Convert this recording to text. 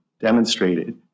demonstrated